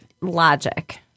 logic